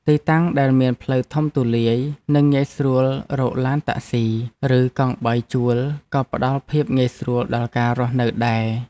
ទីតាំងដែលមានផ្លូវធំទូលាយ និងងាយស្រួលរកឡានតាក់ស៊ី ឬកង់បីជួលក៏ផ្តល់ភាពងាយស្រួលដល់ការរស់នៅដែរ។